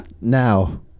now